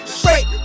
straight